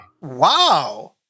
Wow